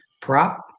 prop